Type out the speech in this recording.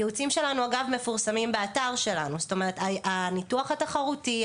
הייעוצים שלנו מפורסמים באתר שלנו הניתוח התחרותי,